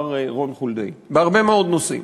מר רון חולדאי בהרבה מאוד נושאים,